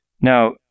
Now